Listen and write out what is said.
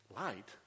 Light